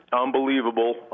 unbelievable